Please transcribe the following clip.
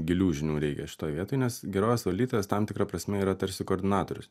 gilių žinių reikia šitoj vietoj nes gerovės valdytojas tam tikra prasme yra tarsi koordinatorius